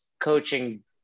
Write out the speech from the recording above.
coaching